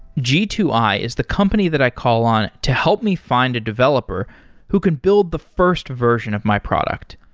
g two i is the company that i call on to help me find a developer who can build the first version of my product.